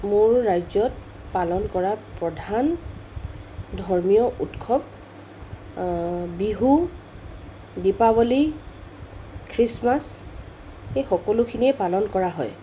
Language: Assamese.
মোৰ ৰাজ্যত পালন কৰা প্ৰধান ধৰ্মীয় উৎসৱ বিহু দিপাৱলী খ্ৰীষ্টমাছ এই সকলোখিনিয়ে পালন কৰা হয়